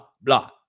blah